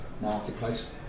marketplace